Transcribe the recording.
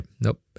Nope